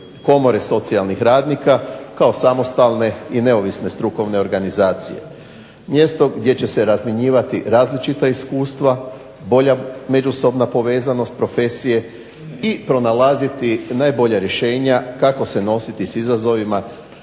komore socijalnih radnika kao samostalne i neovisne strukovne organizacije, mjesto gdje će se razmjenjivati različita iskustva, bolja međusobna povezanost profesije i pronalaziti najbolja rješenja kako se nositi sa izazovima